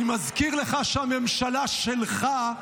אני מזכיר לך שהממשלה שלך,